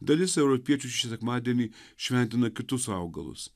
dalis europiečių šį sekmadienį šventina kitus augalus